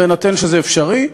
בהינתן שזה אפשרי,